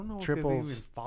triples